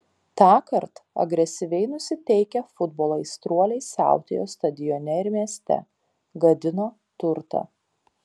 tąkart agresyviai nusiteikę futbolo aistruoliai siautėjo stadione ir mieste gadino turtą